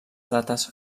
dates